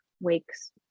wakes